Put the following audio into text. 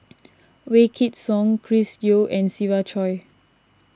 Wykidd Song Chris Yeo and Siva Choy